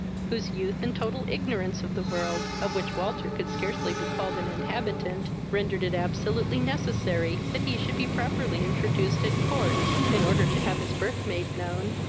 whose youth and total ignorance of the world, of which walter could scarcely be called an inhabitant, rendered it absolutely necessary that he should be properly introduced at court, in order to have his birth made known,